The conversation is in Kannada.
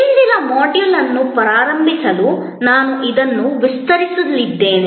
ಇಂದಿನ ಮಾಡ್ಯೂಲ್ ಅನ್ನು ಪ್ರಾರಂಭಿಸಲು ನಾನು ಇದನ್ನು ವಿಸ್ತರಿಸಲಿದ್ದೇನೆ